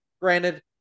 granted